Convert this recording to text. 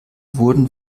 wurden